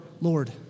Lord